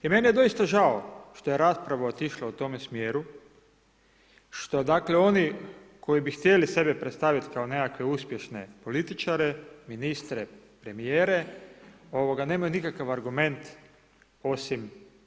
I meni je doista žao što je rasprava otišla u tome smjeru što dakle oni koji bi htjeli sebe predstaviti kao nekakve uspješne političare, ministre, premijere nemaju nikakav argument osim dakle primitivizma.